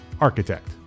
architect